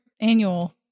annual